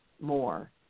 more